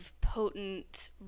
potent